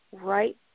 right